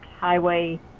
Highway